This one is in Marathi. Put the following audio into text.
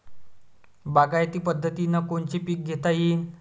बागायती पद्धतीनं कोनचे पीक घेता येईन?